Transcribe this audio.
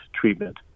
treatment